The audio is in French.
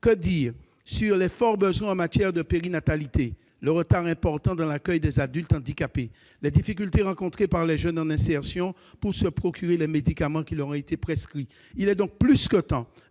que dire des forts besoins en matière de périnatalité, du retard important dans l'accueil des adultes handicapés, des difficultés rencontrées par les jeunes en insertion pour se procurer les médicaments qui leur ont été prescrits ? Il est plus que temps